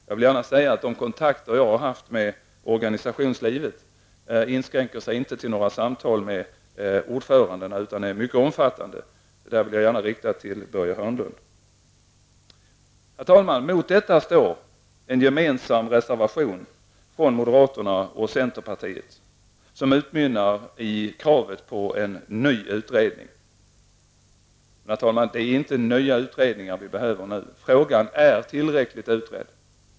Jag vill gärna säga att de kontakter jag har haft med organisationslivet inte inskränker sig till några samtal med ordföranden utan är mycket omfattande. Det vill jag gärna rikta till Börje Herr talman! Mot detta ställs en gemensam reservation från moderaterna och centerpartiet, vilken utmynnar i krav på en ny utredning. Det är inte nya utredningar, herr talman, som vi nu behöver! Frågan är tillräckligt utredd.